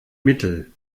mittel